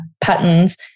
patterns